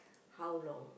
how long